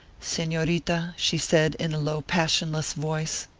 senorita, she said, in a low, passionless voice,